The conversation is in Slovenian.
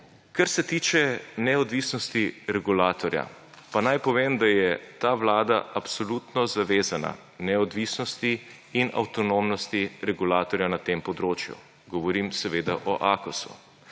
Kar se tiče neodvisnosti regulatorja, pa naj povem, da je ta vlada absolutno zavezana neodvisnosti in avtonomnosti regulatorja na tem področju. Govorim seveda o Akosu.